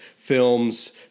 films